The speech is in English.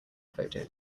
photo